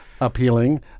appealing